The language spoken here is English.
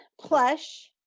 Plush